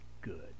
good